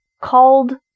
called